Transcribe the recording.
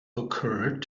occurred